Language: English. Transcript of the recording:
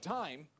time